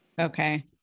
Okay